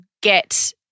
get –